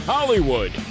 Hollywood